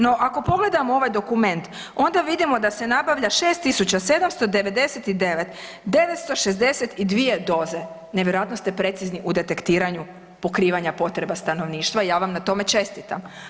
No ako pogledamo ovaj dokument onda vidimo da se nabavlja 6.799, 962 doze, nevjerojatno ste precizni u detektiranju pokrivanja potreba stanovništva i ja vam na tome čestitam.